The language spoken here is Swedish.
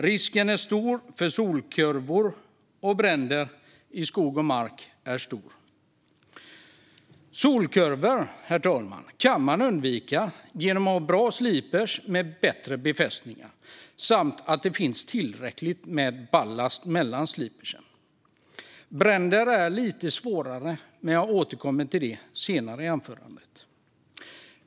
Risken för solkurvor och bränder i skog och mark är för stor." Solkurvor kan man undvika genom att ha bra sliprar med bättre befästningar, herr talman, samt genom att det finns ballast mellan sliprarna. Bränder är lite svårare, men jag återkommer till det senare i anförandet.